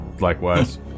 likewise